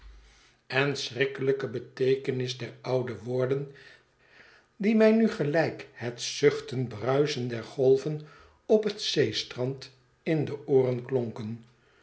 en schrikkelijke beteekenis der oude woorden die mij nu gelijk het zuchtend bruisen der golven op het zeestrand in de ooren klonken